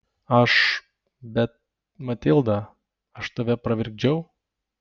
aš bet matilda aš tave pravirkdžiau